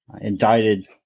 indicted